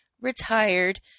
retired